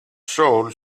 soul